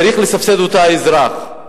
צריך לסבסד אותה האזרח.